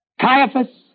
Caiaphas